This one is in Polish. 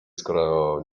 skoro